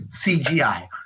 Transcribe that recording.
CGI